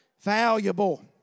Valuable